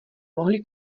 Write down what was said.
mohli